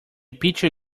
pitcher